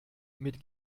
mit